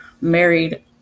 married